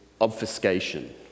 obfuscation